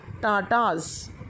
Tatas